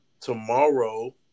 tomorrow